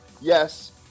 yes